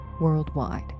worldwide